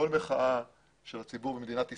כל מחאה של הציבור במדינת ישראל,